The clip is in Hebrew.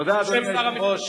תודה, אדוני היושב-ראש.